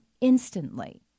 instantly